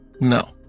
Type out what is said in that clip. No